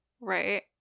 Right